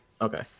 Okay